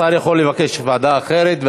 השר יכול לבקש ועדה אחרת,